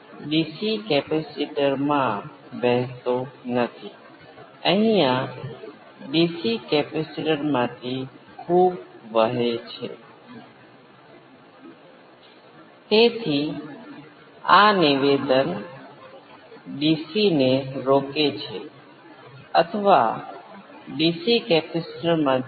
આપણે force response વિશે જાણીએ છીએ હું જે રીતે કહું છું તે ફક્ત ફોર્સ રિસ્પોન્સ અહીં સ્ટેડી સ્ટેટ રિસ્પોન્સ માટે વાત કરી રહ્યા છીએ જે V p sin ω t 5 નો ફોર્સ રિસ્પોન્સ છે